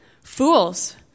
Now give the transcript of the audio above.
Fools